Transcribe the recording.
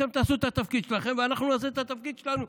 אתם תעשו את התפקיד שלכם ואנחנו נעשה את התפקיד שלנו,